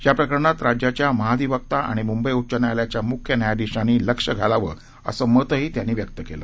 या प्रकरणात राज्याच्या महाधिवक्ता आणि मुंबई उच्च न्यायालयाच्या मुख्य न्यायाधीशांनी लक्ष घालावं असं मतही त्यांनी व्यक्तकेल